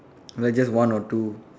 like just one or two